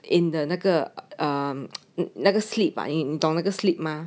in the 那个 um 那个 slip 你懂那个 slip 吗